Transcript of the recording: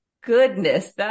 goodness